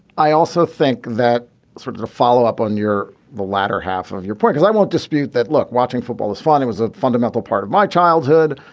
i also think that sort of a follow up on your the latter half of your point is i won't dispute that look. watching football is fine finding was a fundamental part of my childhood.